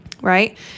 right